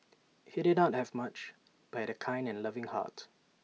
he did not have much but A kind and loving heart